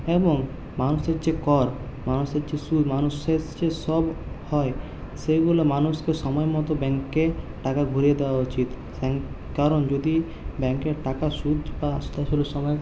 এবং মানুষের যে কর মানুষের যে সুদ মানুষের যে হয় সেইগুলো মানুষকে সময় মতো ব্যাংকে টাকা ভরে দেওয়া উচিত কারণ যদি ব্যাংকের টাকা সুদ বা সময়ে